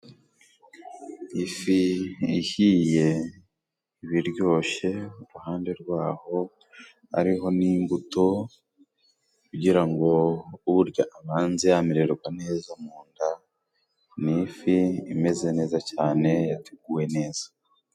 Ifi ihiye ibiryoshye, uruhande rwaho ariho n'imbuto kugira ngo urya abanze amererwa neza mu nda. Ni ifi imeze neza cyane yateguwe neza.